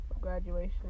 graduation